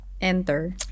Enter